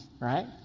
right